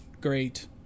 great